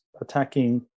attacking